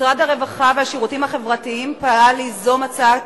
משרד הרווחה והשירותים החברתיים פעל ליזום הצעת